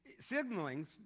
signaling